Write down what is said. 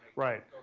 right.